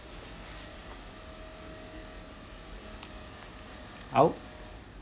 !ow!